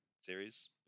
series